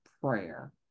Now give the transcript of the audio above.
prayer